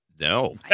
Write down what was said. No